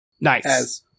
Nice